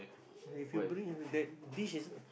if you bring that dish is